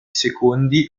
secondi